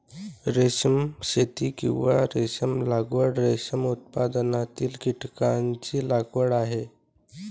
रेशीम शेती, किंवा रेशीम लागवड, रेशीम उत्पादनातील कीटकांची लागवड आहे